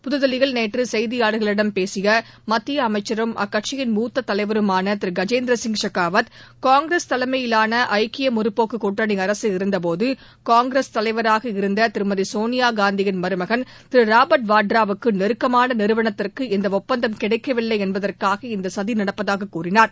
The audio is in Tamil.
புதுதில்லியில் நேற்று செய்தியாளர்களிடம் பேசிய மத்திய அமைச்சரும் அக்கட்சியின் முத்தத் தலைவருமான திரு கஜேந்திரசிய் ஷெகாவத் காங்கிரஸ் தலைமையிவான ஐக்கிய முற்போக்குக் கூட்டணி அரசு இருந்தபோது காங்கிரஸ் தலைவராக இருந்த திருமதி சோனியா காந்தியின் மருமகன் திரு ராபாட் வதோராவுக்கு நெருக்கமான நிறுவனத்திற்கு இந்த ஒப்பந்தம் கிடைக்கவில்லை என்பதற்காக இந்த சதி நடப்பதாக கூறினார்